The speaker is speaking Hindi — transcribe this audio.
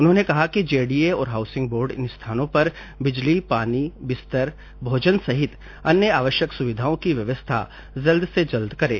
उन्होंने कहा कि जेडीए और हाउसिंग बोर्ड इन स्थानों पर बिजली पानी बिस्तर भोजन सहित अन्य आवश्यक सुविघाओं की व्यवस्था जल्द से जल्द करें